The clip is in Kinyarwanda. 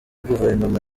guverinoma